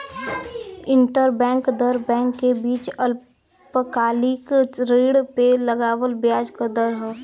interbank दर bank के बीच अल्पकालिक ऋण पे लगावल ब्याज क दर हौ